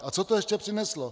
A co to ještě přineslo?